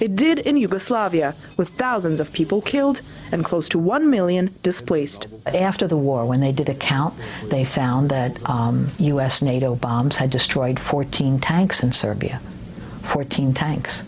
they did in yugoslavia with thousands of people killed and close to one million displaced after the war when they did a count they found that us nato bombs had destroyed fourteen tanks and serbia fourteen tanks